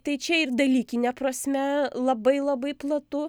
tai čia ir dalykine prasme labai labai platu